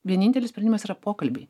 vienintelis sprendimas yra pokalbiai